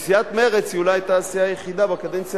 כי סיעת מרצ אולי היתה הסיעה היחידה בקדנציה